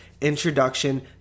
Introduction